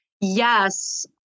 yes